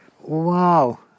Wow